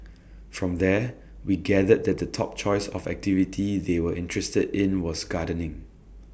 from there we gathered that the top choice of activity they were interested in was gardening